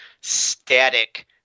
static